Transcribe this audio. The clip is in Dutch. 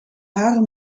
haren